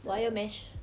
wire mesh